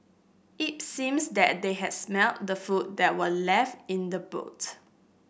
it seems that they had smelt the food that were left in the boot